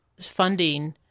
funding